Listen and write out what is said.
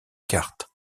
cartes